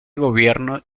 gobierno